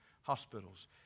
hospitals